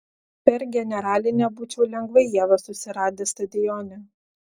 per generalinę būčiau lengvai ievą susiradęs stadione